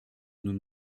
nous